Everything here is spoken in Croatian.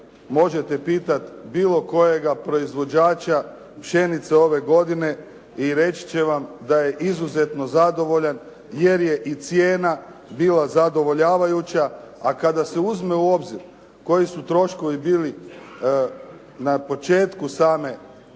možete pitati bilo kojeg proizvođača pšenice ove godine i reći će vam da je izuzetno zadovoljan jer je i cijena bila zadovoljavajuća a kada se uzme u obzir koji su troškovi bili na početku same